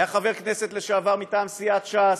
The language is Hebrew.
היה חבר כנסת לשעבר מטעם סיעת ש"ס,